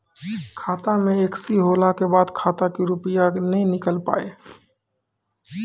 खाता मे एकशी होला के बाद खाता से रुपिया ने निकल पाए?